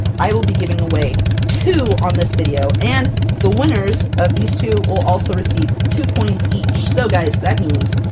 i will be giving away two on this video, and the winners of these two, will also receive two coins each! so guys that means